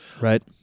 right